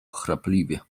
chrapliwie